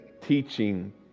teaching